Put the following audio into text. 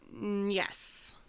Yes